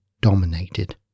dominated